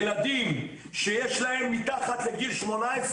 ילדים שיש להם מתחת לגיל 18,